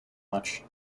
much